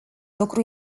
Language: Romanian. lucru